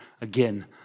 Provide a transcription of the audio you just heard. again